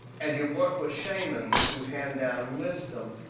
and your work with shamans who hand down wisdom.